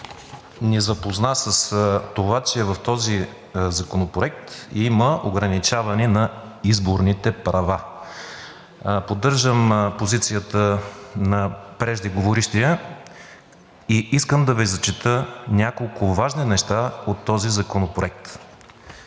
запозна с това, че в този законопроект има ограничаване на изборните права. Поддържам позицията на преждеговорищия и искам да Ви зачета няколко важни неща от този законопроект.